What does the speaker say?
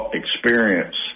experience